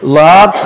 love